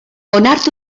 onartu